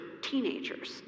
teenagers